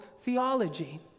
theology